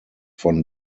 von